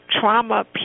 trauma